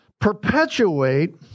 perpetuate